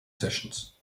sessions